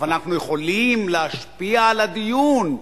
אבל אנחנו יכולים להשפיע על הדיון.